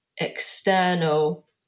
external